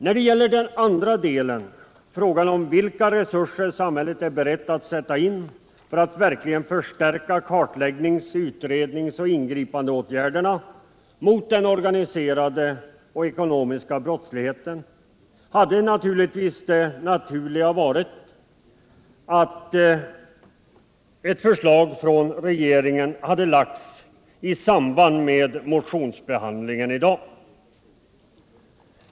När det gäller den andra delen, Nr 55 frågan om vilka resurser samhället är berett att sätta in för att verkligen förstärka kartläggnings-, utredningsoch ingripandeåtgärderna mot den organiserade och ekonomiska brottsligheten, hade självfallet det naturliga == varit att ett förslag från regeringen hade lagts i samband med motions Åtgärder mot den behandlingen i dag.